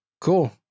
Cool